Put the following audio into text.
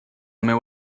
meu